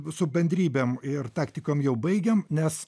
su bendrybėm ir taktikom jau baigėm nes